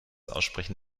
aussprechen